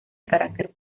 carácter